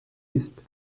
ist